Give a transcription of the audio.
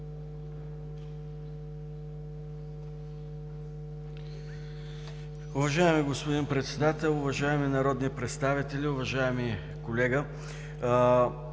Уважаеми господин Председател, уважаеми народни представители! Уважаеми колега,